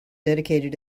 dedicated